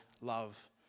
love